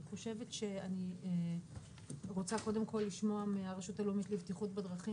אני רוצה קודם כל לשמוע מהרשות הלאומית לבטיחות בדרכים,